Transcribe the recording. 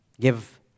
give